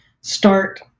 start